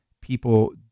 people